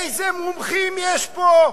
איזה מומחים יש פה?